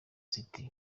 city